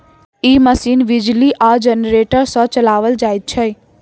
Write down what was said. ई machine बिजली आ generator सॅ चलाओल जाइत छै